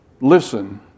listen